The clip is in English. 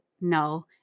no